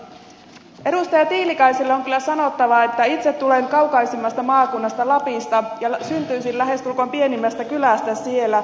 edustaja tiilikaiselle on kyllä sanottava että itse tulen kaukaisimmasta maakunnasta lapista ja olen syntyisin lähestulkoon pienimmästä kylästä siellä